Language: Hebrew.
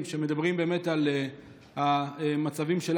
אבל מישהו באמת יכול בכלל להעלות על דעתו שאפשר